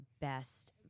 best